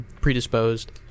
predisposed